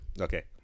Okay